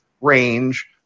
range